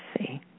see